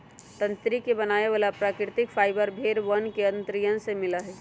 तंत्री के बनावे वाला प्राकृतिक फाइबर भेड़ वन के अंतड़ियन से मिला हई